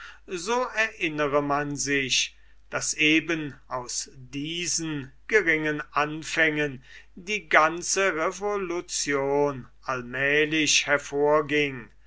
so erinnere man sich daß eben aus diesen geringen anfängen die ganze revolution allmählich hervorging